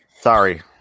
sorry